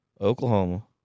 Oklahoma